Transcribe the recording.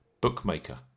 bookmaker